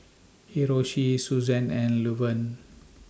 Hiroshi Susann and Luverne